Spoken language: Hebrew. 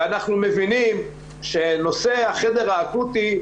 ואנחנו מבינים שנושא החדר האקוטי,